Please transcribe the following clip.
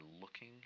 looking